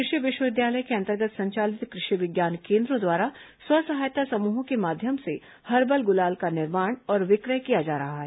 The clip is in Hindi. कृषि विश्वविद्यालय के अंतर्गत संचालित कृषि विज्ञान केन्द्रों द्वारा स्व सहायता समूहों के माध्यम से हर्बल गुलाल का निर्माण और विक्रय किया जा रहा है